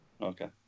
Okay